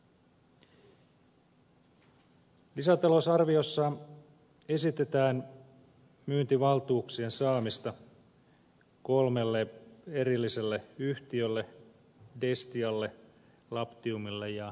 lisätalousarviossa esitetään myyntivaltuuksien saamista kolmelle erilliselle yhtiölle destialle labtiumille ja raskoneelle